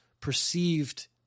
perceived